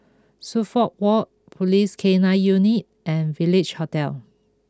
Suffolk Walk Police K nine Unit and Village Hotel